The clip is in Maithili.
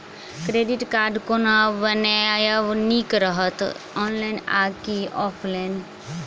क्रेडिट कार्ड कोना बनेनाय नीक रहत? ऑनलाइन आ की ऑफलाइन?